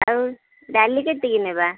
ଆଉ ଡାଲି କେତିକି ନେବା